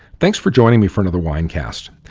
thanks for joining me for another wine cast.